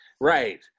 right